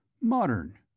modern